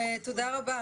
תודה רבה,